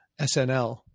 SNL